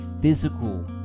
physical